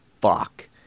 fuck